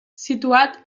situat